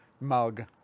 mug